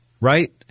right